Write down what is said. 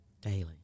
daily